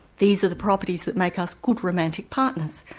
these are the properties that make us good romantic partners,